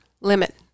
limit